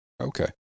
Okay